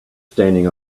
standing